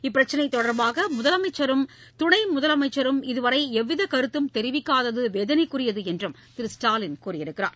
இப்பிரச்சினை தொடர்பாக முதலமைச்சரும் துணை முதலமைச்சரும் இதுவரை எவ்வித கருத்தும் தெரிவிக்காதது வேதனைக்குரியது என்றும் திரு ஸ்டாலின் கூறியுள்ளார்